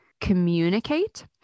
communicate